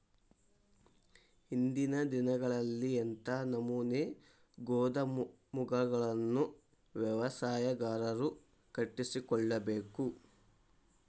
ಇಂದಿನ ದಿನಗಳಲ್ಲಿ ಎಂಥ ನಮೂನೆ ಗೋದಾಮುಗಳನ್ನು ವ್ಯವಸಾಯಗಾರರು ಕಟ್ಟಿಸಿಕೊಳ್ಳಬೇಕು?